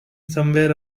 somewhere